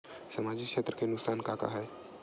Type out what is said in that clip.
सामाजिक क्षेत्र के नुकसान का का हे?